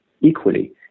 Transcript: equally